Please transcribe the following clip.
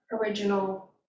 original